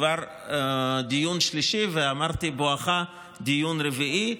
כבר דיון שלישי, ואמרתי, בואכה דיון רביעי.